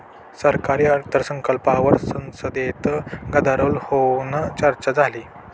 सरकारी अर्थसंकल्पावर संसदेत गदारोळ होऊन चर्चा झाली